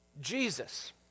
Jesus